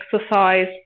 exercise